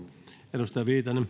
arvoisa